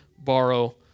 borrow